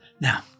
Now